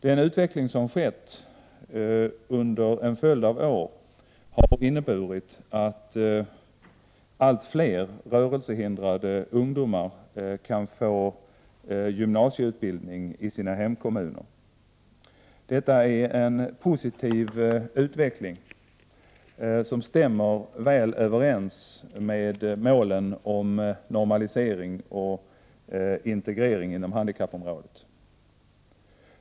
Den utveckling som skett under en följd av år har inneburit att allt fler rörelsehindrade ungdomar kan få gymnasieutbildning i sina hemkommuner. Detta är en positiv utveckling, som stämmer väl överens med målen om normalisering och integrering inom handikappområdet.